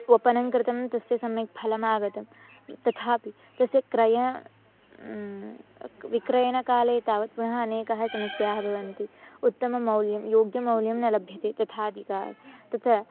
वपनं कृतं तस्य सम्यक् फलम् आगतं तथापि तस्य क्रय विक्रयणं काले तावत् पुनः अनेकाः समस्याः भवन्ति उत्तमं मौल्यं योग्यं मौल्यं न लभ्यते तथादिका तत्र